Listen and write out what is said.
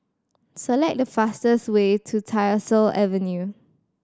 select the fastest way to Tyersall Avenue